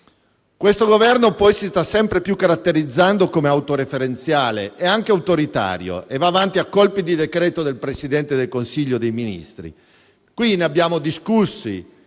Governo. Governo che poi si sta sempre più caratterizzando come autoreferenziale e autoritario: va avanti a colpi di decreti del Presidente del Consiglio dei ministri (qui ne abbiamo discussi